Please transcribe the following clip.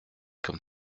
comme